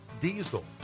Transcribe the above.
Diesel